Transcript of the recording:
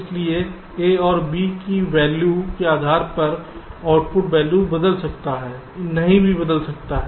इसलिए A और B के वैल्यू के आधार पर आउटपुट वैल्यू बदल सकता है यह नहीं भी बदल सकता है